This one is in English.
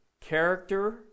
character